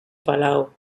palau